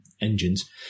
engines